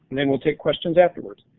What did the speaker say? then we'll take questions afterwards.